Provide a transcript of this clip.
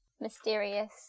mysterious